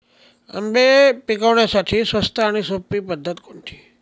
आंबे पिकवण्यासाठी स्वस्त आणि सोपी पद्धत कोणती?